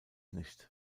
nicht